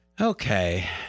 Okay